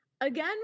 Again